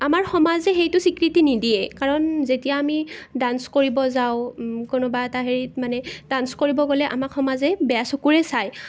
আমাৰ সমাজে সেইটো স্বীকৃতি নিদিয়ে কাৰণ যেতিয়া আমি ডান্স কৰিব যাওঁ কোনোবা এটা হেৰিত মানে ডান্স কৰিব গ'লে আমাক সমাজে বেয়া চকুৰে চায়